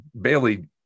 Bailey